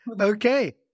Okay